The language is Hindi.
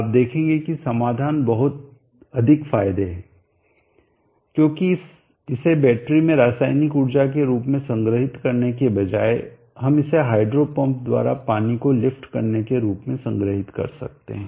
आप देखेंगे कि समाधान बहुत अधिक फायदे हैं क्योंकि इसे बैटरी में रासायनिक ऊर्जा के रूप में संग्रहीत करने के बजाय हम इसे हाइड्रो पंप द्वारा पानी को लिफ्ट करने के रूप में संग्रहीत कर सकते हैं